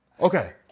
Okay